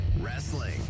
Wrestling